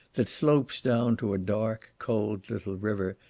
that slopes down to a dark cold little river,